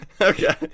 Okay